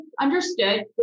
understood